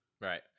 Right